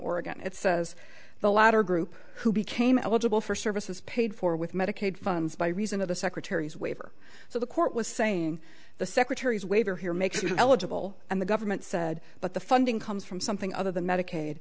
oregon it says the latter group who became eligible for services paid for with medicaid funds by reason of the secretary's waiver so the court was saying the secretary's waiver here makes you eligible and the government said but the funding comes from something other than medicaid